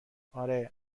اره